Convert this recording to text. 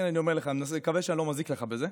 אני אומר לך ומקווה שאני לא מזיק לך בזה,